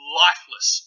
lifeless